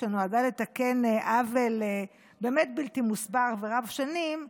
שנועדה לתקן עוול באמת בלתי מוסבר ורב שנים,